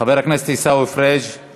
חבר הכנסת עיסאווי פריג';